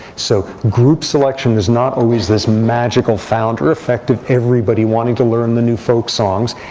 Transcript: so group selection is not always this magical founder effect of everybody wanting to learn the new folk songs.